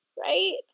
right